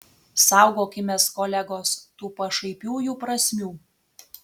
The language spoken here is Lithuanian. saugokimės kolegos tų pašaipiųjų prasmių